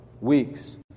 weeks